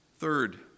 Third